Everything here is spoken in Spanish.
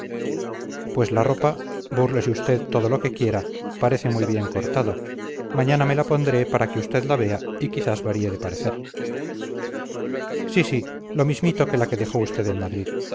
pues la ropa búrlese usted todo lo que quiera parece muy bien cortada mañana me la pondré para que usted la vea y quizás varíe de parecer sí sí lo mismito que la que dejó usted en madrid